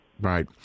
Right